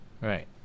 Right